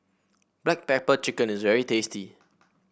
Black Pepper Chicken is very tasty